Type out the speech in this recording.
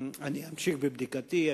אני אמשיך בבדיקתי.